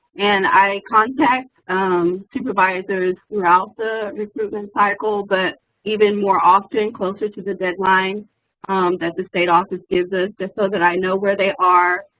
and i contact supervisors throughout the recruitment cycle but even more often closer to the deadline that the state office gives us so that i know where they are,